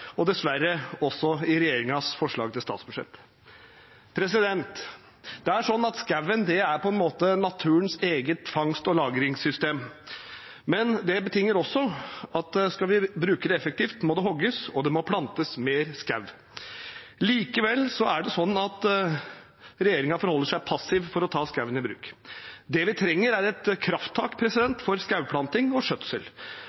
og dessverre også i regjeringens forslag til statsbudsjett. Det er sånn at skogen på en måte er naturens eget fangst- og lagringssystem, men det betinger også at skal vi bruke det effektivt, må det hogges, og det må plantes mer skog. Likevel er det sånn at regjeringen forholder seg passiv når det gjelder å ta skogen i bruk. Det vi trenger, er et krafttak